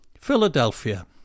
Philadelphia